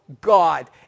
God